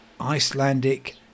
Icelandic